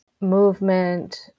movement